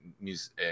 music